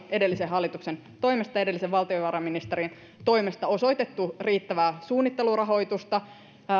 edellisen hallituksen toimesta edellisen valtiovarainministerin toimesta osoitettu riittävää suunnittelurahoitusta